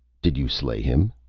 did you slay him?